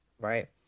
right